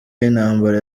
y’intambara